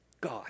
God